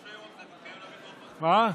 מה?